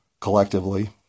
collectively